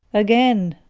again!